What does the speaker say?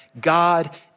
God